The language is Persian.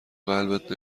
قلبت